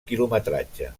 quilometratge